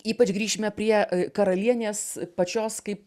ypač grįšime prie karalienės pačios kaip